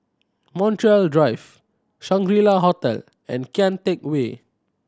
Montreal Drive Shangri La Hotel and Kian Teck Way